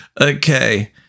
Okay